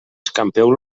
escampeu